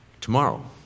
tomorrow